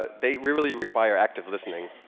ah they really require active listening.